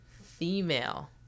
female